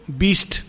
beast